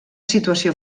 situació